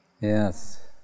Yes